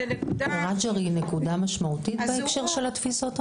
זאת נקודה --- ע'ג'ר היא נקודה משמעותית בהקשר של תפיסות אמל"ח?